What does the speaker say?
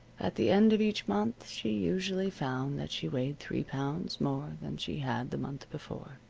at the end of each month she usually found that she weighed three pounds more than she had the month before.